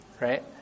right